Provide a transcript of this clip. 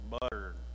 butter